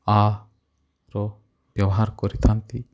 ଆ ର ବ୍ୟବହାର କରିଥାନ୍ତି